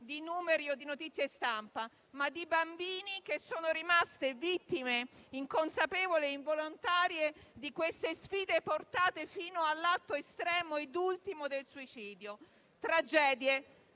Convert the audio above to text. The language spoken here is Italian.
di numeri o di notizie stampa, ma di bambini che sono rimasti vittime inconsapevoli e involontarie di queste sfide portate fino all'atto estremo ed ultimo del suicidio: tragedie